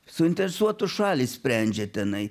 suinteresuotos šalys sprendžia tenai